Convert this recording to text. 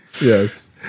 Yes